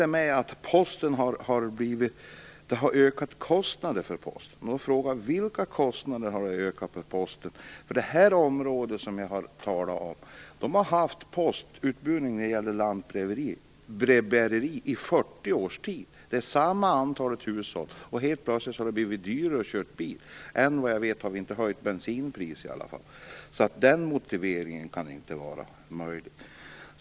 Det sägs att det har blivit ökade kostnader för Posten. Men frågan är vilka kostnader det är som har ökat. Det område som jag talar om har haft postutbärning genom lantbrevbäreri i 40 års tid. Antalet hushåll har varit detsamma. Och helt plötsligt har det nu blivit dyrare att köra bil. Ändå har vi, vad jag vet, inte höjt bensinpriset, så den motiveringen är inte möjlig.